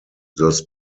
thus